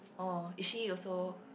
oh is she also